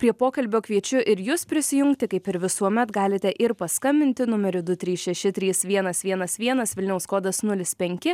prie pokalbio kviečiu ir jus prisijungti kaip ir visuomet galite ir paskambinti numeriu du trys šeši trys vienas vienas vienas vilniaus kodas nulis penki